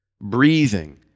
breathing